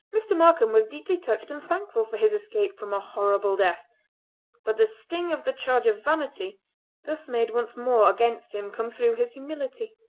mr. markam was deeply touched and thankful for his escape from a horrible death but the sting of the charge of vanity thus made once more against him came through his humility.